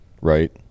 Right